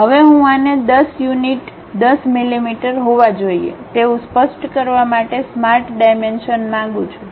હવે હું આને 10 યુનિટ 10 મિલીમીટર હોવા જોઈએ તેવું સ્પષ્ટ કરવા માટે સ્માર્ટ ડાયમેન્શન માંગુ છું